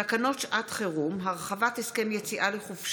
תקנות שעת חירום (הגבלת מספר העובדים במקום עבודה